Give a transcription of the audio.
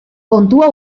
kontua